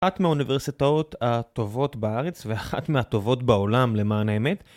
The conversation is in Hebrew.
אחת מהאוניברסיטאות הטובות בארץ ואחת מהטובות בעולם למען האמת.